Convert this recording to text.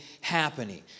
happening